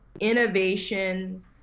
Innovation